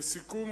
לסיכום,